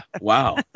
wow